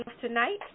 tonight